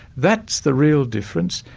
that's the real difference,